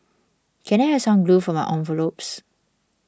can I have some glue for my envelopes